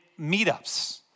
meetups